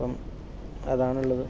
ഇപ്പം അതാണ് ഉള്ളത്